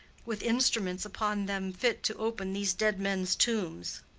with instruments upon them fit to open these dead men's tombs.